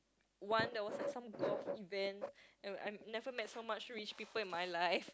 one that was like some golf event and I never met so much rich people in my life